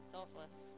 Selfless